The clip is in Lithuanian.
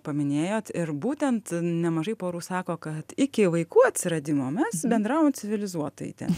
paminėjot ir būtent nemažai porų sako kad iki vaikų atsiradimo mes bendravom civilizuotai ten